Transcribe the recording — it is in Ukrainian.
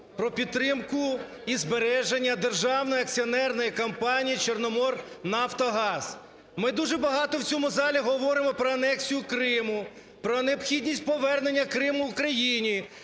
про підтримку і збереження державної акціонерної компанії "Чорноморнафтогаз". Ми дуже багато в цьому залі говоримо про анексію Криму, про необхідність повернення Криму Україні.